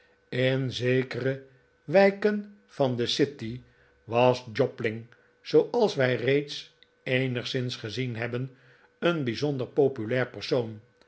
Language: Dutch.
in zekere wijken van de city was jobling zooals wij reeds eenigszins gezien hebben een bijzonder populair persoon